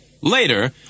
Later